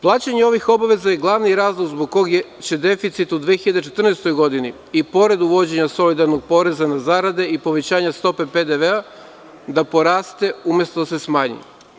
Plaćanje ovih obaveza je glavni razlog zbog koga će deficit u 2014. godini i pored uvođenja solidarnog poreza na zarade i povećanja stope PDV-a, da poraste umesto da se smanji.